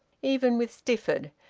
even with stifford,